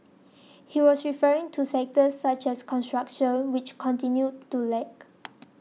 he was referring to sectors such as construction which continued to lag